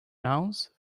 nouns